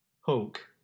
Hulk